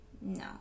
no